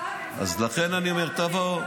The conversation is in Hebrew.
השר --- לכן אני אומר: תבואו,